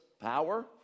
power